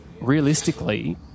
realistically